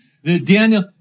Daniel